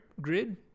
grid